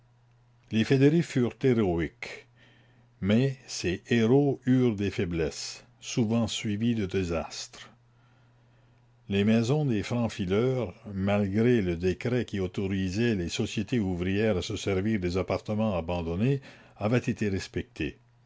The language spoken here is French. les fédérés furent héroïques mais ces héros eurent des faiblesses souvent suivies de désastres les maisons des francs fileurs malgré le décret qui autorisait les sociétés ouvrières à se servir des appartements abandonnés avaient été respectées